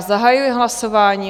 Zahajuji hlasování.